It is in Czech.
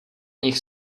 nich